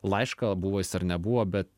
laišką buvo jis ar nebuvo bet